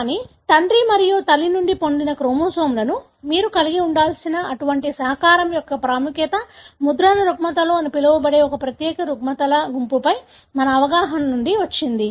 కానీ తండ్రి మరియు తల్లి నుండి పొందిన క్రోమోజోమ్లను మీరు కలిగి ఉండాల్సిన అటువంటి సహకారం యొక్క ప్రాముఖ్యత ముద్రణ రుగ్మతలు అని పిలువబడే ఒక ప్రత్యేక రుగ్మతల గుంపుపై మన అవగాహన నుండి వచ్చింది